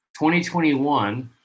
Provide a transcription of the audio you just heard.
2021